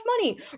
money